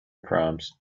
proms